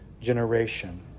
generation